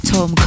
Tom